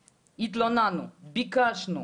ביקשנו,